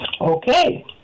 Okay